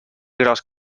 gros